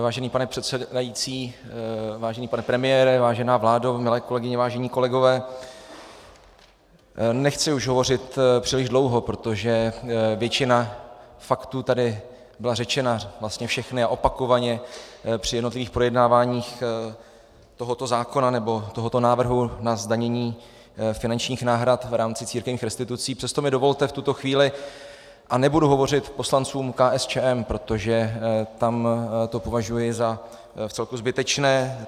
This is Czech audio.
Vážený pane předsedající, vážený pane premiére, vážená vládo, milé kolegyně, vážení kolegové, nechci už hovořit příliš dlouho, protože většina faktů tady byla řečena, vlastně všechny a opakovaně při jednotlivých projednáváních tohoto zákona nebo tohoto návrhu na zdanění finančních náhrad v rámci církevních restitucí, přesto mi dovolte v tuto chvíli, a nebudu hovořit k poslancům KSČM, protože tam to považuji za vcelku zbytečné.